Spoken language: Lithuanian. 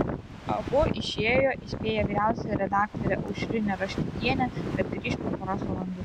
abu išėjo įspėję vyriausiąją redaktorę aušrinę raštikienę kad grįš po poros valandų